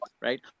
Right